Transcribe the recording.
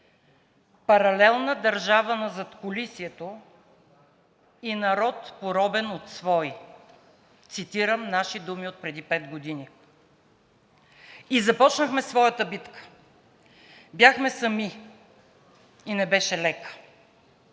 „Паралелна държава на задкулисието и народ, поробен от свои.“ Цитирам наши думи отпреди пет години. И започнахме своята битка, бяхме сами и не беше лека.